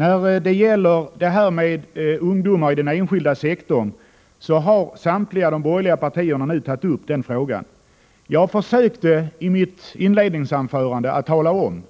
Fru talman! Samtliga borgerliga partier har nu tagit upp frågan om att öka antalet ungdomar som sysselsätts inom den privata sektorn. Jag försökte i mitt inledningsanförande att tala om